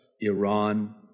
Iran